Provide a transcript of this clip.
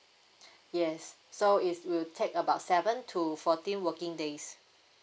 yes so it will take about seven to fourteen working days